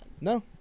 No